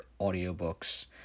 audiobooks